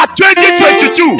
2022